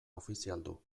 ofizialdu